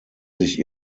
sich